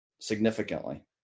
significantly